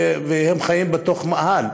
והם חיים במאהל.